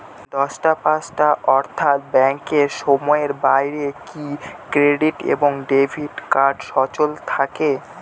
দশটা পাঁচটা অর্থ্যাত ব্যাংকের সময়ের বাইরে কি ক্রেডিট এবং ডেবিট কার্ড সচল থাকে?